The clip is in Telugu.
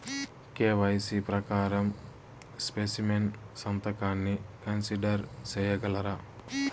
కె.వై.సి ప్రకారం స్పెసిమెన్ సంతకాన్ని కన్సిడర్ సేయగలరా?